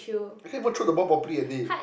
I can't even throw the ball properly leh dey